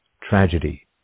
tragedy